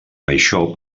això